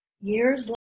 years